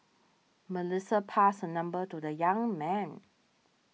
Melissa passed her number to the young man